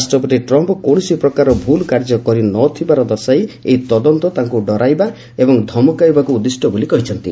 ରାଷ୍ଟ୍ରପତି ଟ୍ରମ୍ପ୍ କୌଣସି ପ୍ରକାରର ଭୁଲ୍ କାର୍ଯ୍ୟ କରି ନ ଥିବାର ଦର୍ଶାଇ ଏହି ତଦନ୍ତ ତାଙ୍କୁ ଡରାଇବା ଓ ଧମକାଇବାକୁ ଉଦ୍ଦିଷ୍ଟ ବୋଲି କହିଛନ୍ତି